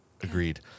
Agreed